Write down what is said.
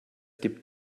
gibt